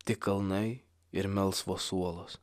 tik kalnai ir melsvos uolos